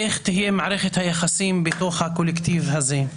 איך תהיה מערכת היחסים בתוך הקולקטיב הזה.